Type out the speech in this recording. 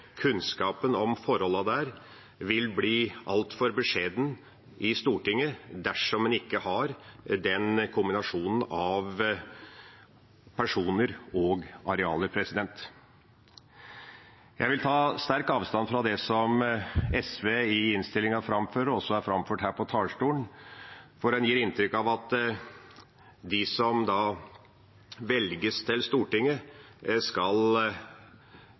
Kunnskapen om forholdene der vil bli altfor beskjeden i Stortinget dersom man ikke har den kombinasjonen av personer og arealer. Jeg vil ta sterkt avstand fra det som SV har skrevet i innstillinga og har framført her fra talerstolen. Man gir inntrykk av at med forslaget blir det slik at de som velges til Stortinget,